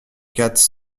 quatre